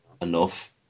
enough